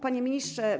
Panie Ministrze!